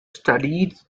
studied